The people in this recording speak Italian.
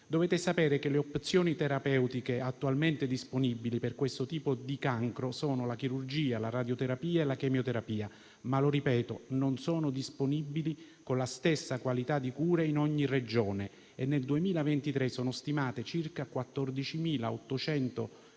Dovete sapere che le opzioni terapeutiche attualmente disponibili per questo tipo di cancro sono la chirurgia, la radioterapia e la chemioterapia, ma - ripeto - non sono disponibili con la stessa qualità di cure in ogni Regione e nel 2023 sono state stimate circa 14.800